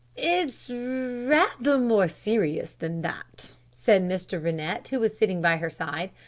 it is rather more serious than that, said mr. rennett, who was sitting by her side.